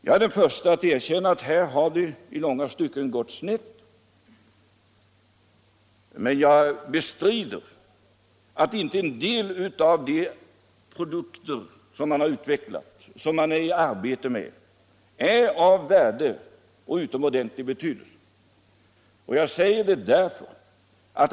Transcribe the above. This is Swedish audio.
Jag är den förste att erkänna att här har det i långa stycken gått snett, men jag bestrider att en del av de produkter som man är i arbete med inte är av värde och utomordentlig betydelse.